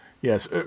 Yes